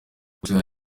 gusa